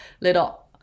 little